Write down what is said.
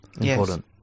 Important